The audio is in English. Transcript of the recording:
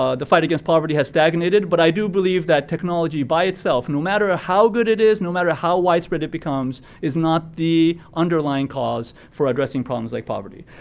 ah the fight against poverty has stagnated. but i do believe that technology by itself, no matter ah how good it is, no matter how widespread it becomes, is not the underlying cause for addressing problems like poverty.